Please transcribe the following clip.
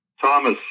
Thomas